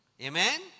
Amen